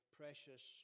precious